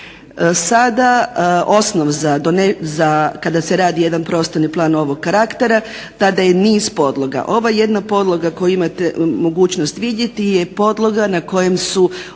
Sada osnov kada se radi jedan prostorni plan ovog karaktera tada je niz podloga. Ovo je jedna podloga koju imate mogućnosti vidjeti je podloga na kojem su